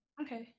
Okay